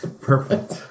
Perfect